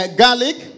garlic